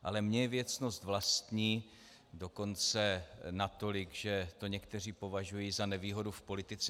Ale mně je věcnost vlastní, dokonce natolik, že to někteří považují za nevýhodu v politice.